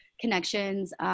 connections